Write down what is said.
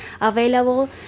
available